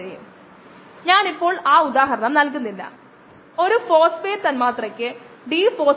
കോശങ്ങളെ അതിന്റെ ഉള്ളടക്കത്തിന്റെ അളവിലൂടെ അളക്കുന്നതിനുള്ള അടിസ്ഥാനമാണിത്